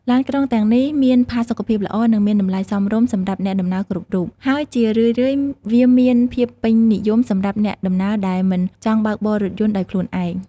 ឡានក្រុងទាំងនេះមានផាសុកភាពល្អនិងមានតម្លៃសមរម្យសម្រាប់អ្នកដំណើរគ្រប់រូប ហើយជារឿយៗវាមានភាពពេញនិយមសម្រាប់អ្នកដំណើរដែលមិនចង់បើកបររថយន្តដោយខ្លួនឯង។